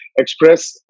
express